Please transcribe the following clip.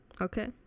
Okay